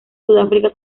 sudáfrica